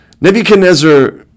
Nebuchadnezzar